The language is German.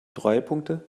treuepunkte